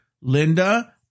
Linda